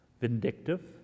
vindictive